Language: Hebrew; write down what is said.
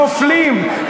נופלים,